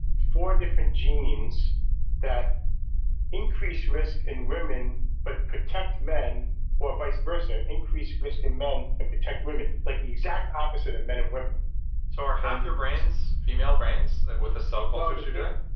four different genes that increase risk in women but protect men or vice versa. increase risk in men and protect women. like the exact opposite in men and women so are half your brains female brains with the cell cultures you're doing?